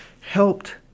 Helped